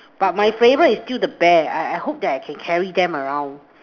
but my favourite is still the bear I I hope that I can carry them around